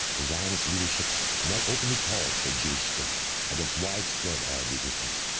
the zionist leadership now openly called for a jewish state against widespread arab resistance.